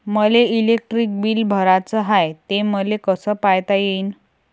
मले electric bill भराचं हाय, ते मले कस पायता येईन?